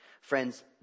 Friends